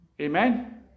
Amen